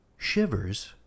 shivers